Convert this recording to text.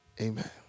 amen